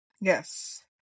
Yes